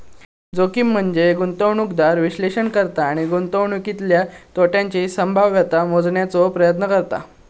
जोखीम म्हनजे गुंतवणूकदार विश्लेषण करता आणि गुंतवणुकीतल्या तोट्याची संभाव्यता मोजण्याचो प्रयत्न करतत